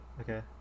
okay